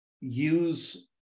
use